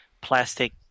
plastic